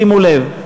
שימו לב,